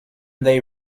they